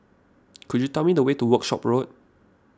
could you tell me the way to Workshop Road